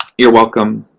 you're welcome.